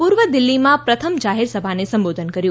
પૂર્વ દિલ્હીમાં પ્રથમ જાહેરસભાને સંબોધન કર્યું